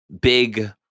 big